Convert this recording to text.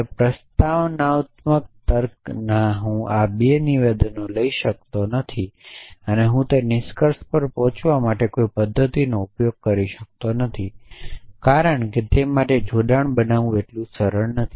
હવે પ્રોપ્રોજીશનલતર્કમાં હું આ 2 નિવેદનો લઈ શકતો નથી અને હું તે નિષ્કર્ષ પર પહોંચવા માટેની કોઈ પદ્ધતિનો ઉપયોગ કરી શકતો નથી કારણ કે તે માટે જોડાણ બનાવવું એટલું સરળ નથી